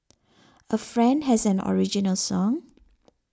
a friend has an original song